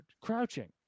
crouching